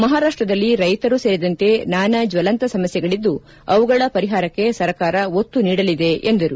ಮಹಾರಾಷ್ಷದಲ್ಲಿ ರೈತರು ಸೇರಿದಂತೆ ನಾನಾ ಜ್ವಲಂತ ಸಮಸ್ಯೆಗಳಿದ್ದು ಅವುಗಳ ಪರಿಹಾರಕ್ಕೆ ಸರ್ಕಾರ ಒತ್ತು ನೀಡಲಿದೆ ಎಂದರು